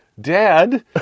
Dad